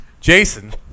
Jason